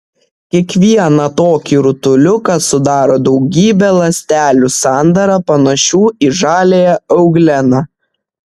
kiekvieną tokį rutuliuką sudaro daugybė ląstelių sandara panašių į žaliąją eugleną